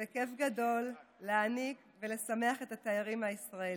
וכיף גדול להעניק ולשמח את התיירים הישראלים.